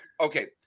okay